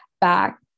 back